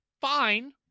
fine